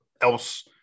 else